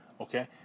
Okay